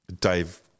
Dave